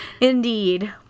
Indeed